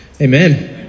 Amen